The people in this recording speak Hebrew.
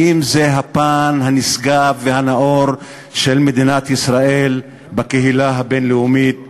האם זה הפן הנשגב והנאור של מדינת ישראל בקהילה הבין-לאומית?